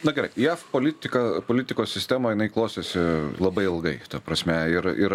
na gerai jav politika politikos sistema jinai klostėsi labai ilgai ta prasme ir ir